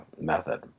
method